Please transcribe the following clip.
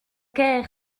cœur